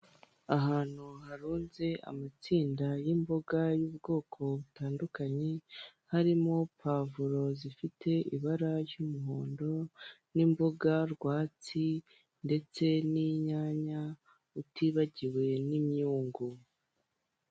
Ahantu harunze amatsinda y'imboga y'ubwoko butandukanye, harimo pavuro zifite ibara ry'umuhondo, n'imboga rwatsi, ndetse n'inyanya utibagiwe n'imyungu.